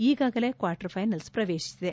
ಈಗಾಗಲೇ quarter finals ಪ್ರವೇಶಿಸಿದೆ